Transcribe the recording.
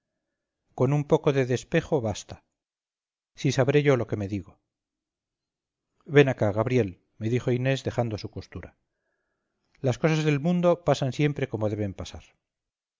con un poco de despejo basta si sabré yo lo que me digo ven acá gabriel me dijo inés dejando su costura las cosas del mundo pasan siempre como deben pasar